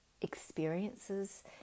experiences